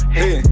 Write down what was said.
hey